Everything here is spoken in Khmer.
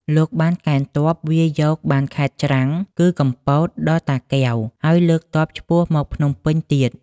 លោកបានកេណ្ឌទ័ពវាយយកបានខេត្តច្រាំង គឺកំពត ដល់ តាកែវ ហើយលើកទ័ពឆ្ពោះមកភ្នំពេញទៀត។